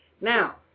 Now